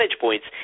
points